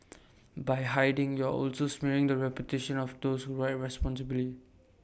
by hiding you're also smearing the reputation of those who ride responsibly